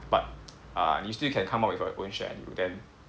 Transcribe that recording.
but uh you still can come up with your own schedule then